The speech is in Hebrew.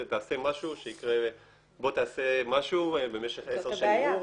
תעשה משהו במשך 10 שנים.